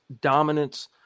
dominance